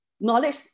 knowledge